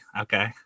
okay